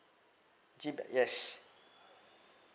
git yes